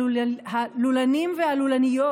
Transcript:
הלולנים והלולניות,